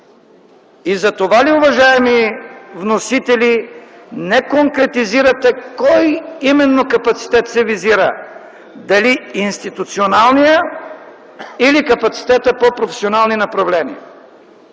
Затова ли, уважаеми вносители, не конкретизирате кой именно капацитет се визира – дали институционалният или капацитетът по професионални направления?